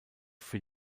für